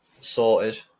sorted